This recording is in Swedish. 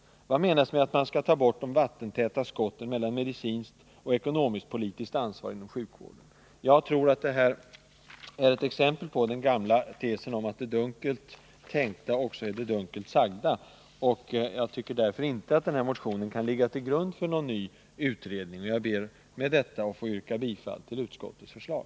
Vad menas med att man skall ta bort de vattentäta skotten mellan medicinskt och ekonomisktpolitiskt ansvar inom sjukvården? Jag tror detta är exempel på den gamla tesen att det dunkelt sagda är det dunkelt tänkta. Jag anser att den här motionen inte kan ligga till grund för någon ny utredning. Jag ber med detta att få yrka bifall till utskottets förslag.